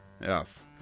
yes